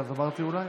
אז אמרתי אולי.